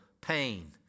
pain